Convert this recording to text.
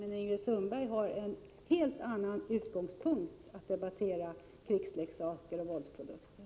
Men Ingrid Sundberg har en helt annan utgångspunkt, när hon debatterar krigsleksaker och våldsprodukter.